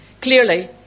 clearly